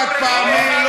חד-פעמי.